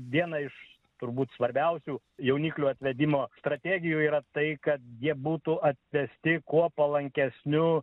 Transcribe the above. vieną iš turbūt svarbiausių jauniklių atvedimo strategijų yra tai kad jie būtų atvesti kuo palankesniu